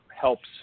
helps